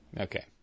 Okay